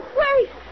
wait